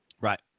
Right